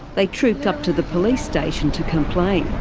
they trooped up to the police station to complain.